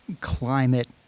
climate